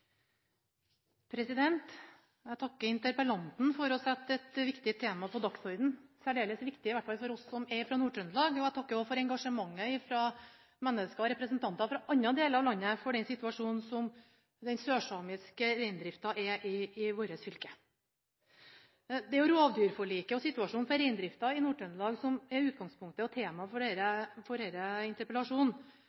for oss som er fra Nord-Trøndelag. Jeg takker også for engasjementet fra mennesker og representanter fra andre deler av landet for den situasjonen som den sørsamiske reindriften har i vårt fylke. Det er jo rovdyrforliket og situasjonen for reindriften i Nord-Trøndelag som er utgangspunktet og temaet for